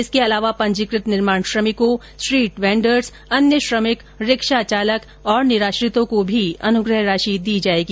इसके अलावा पंजीकृत निर्माण श्रमिकों स्ट्रीट वेन्डर्स अन्य श्रमिक रिक्शा चालक और निराश्रितों को भी अनुग्रह राशि दी जाएगी